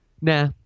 nah